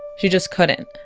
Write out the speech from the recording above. she just couldn't